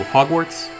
Hogwarts